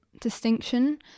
distinction